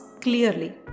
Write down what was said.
clearly